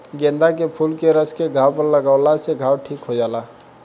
गेंदा के फूल के रस के घाव पर लागावला से घाव ठीक हो जाला